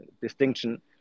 distinction